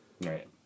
Right